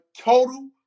total